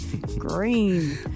green